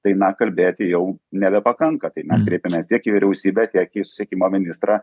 tai na kalbėti jau nebepakanka tai mes kreipėmės tiek į vyriausybę tiek į susisiekimo ministrą